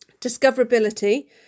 Discoverability